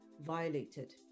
violated